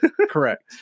correct